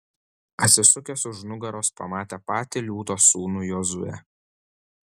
atsisukęs už nugaros pamatė patį liūto sūnų jozuę